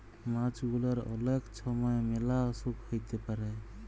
মাছ গুলার অলেক ছময় ম্যালা অসুখ হ্যইতে পারে